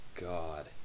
God